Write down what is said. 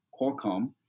Qualcomm